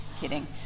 kidding